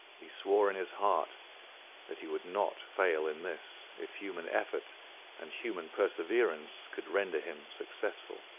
he swore in his heart that he would not fail in this if human effort and human perseverance could render him successful.